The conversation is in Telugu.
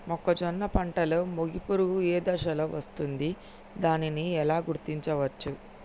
మొక్కజొన్న పంటలో మొగి పురుగు ఏ దశలో వస్తుంది? దానిని ఎలా గుర్తించవచ్చు?